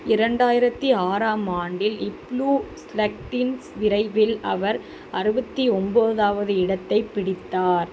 இரண்டாயிரத்தி ஆறாம் ஆண்டில் ப்ளூ ஸ்லக்டின்ஸ் விரைவில் அவர் அறுபத்தி ஒன்பதாவது இடத்தைப் பிடித்தார்